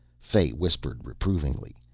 fay whispered reprovingly.